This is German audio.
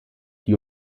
die